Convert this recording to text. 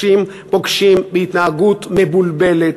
פוגשים בהתנהגות מבולבלת,